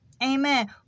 Amen